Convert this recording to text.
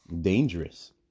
dangerous